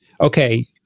okay